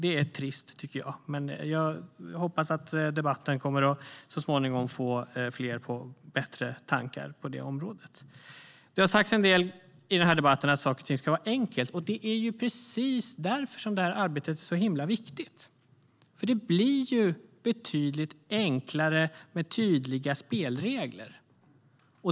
Det är trist, tycker jag, men jag hoppas att debatten så småningom kommer att få fler på bättre tankar på det området. Det har sagts en del i den här debatten om att saker och ting ska vara enkla. Och det är precis därför det här arbetet är så himla viktigt. Det blir ju betydligt enklare med tydliga spelregler.